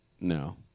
No